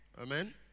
Amen